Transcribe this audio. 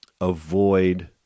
avoid